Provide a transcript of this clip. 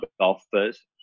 golfers